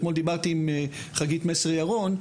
אתמול דיברתי עם חגית מסר-ירון,